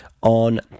on